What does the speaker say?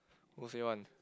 who say one